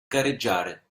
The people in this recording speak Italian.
gareggiare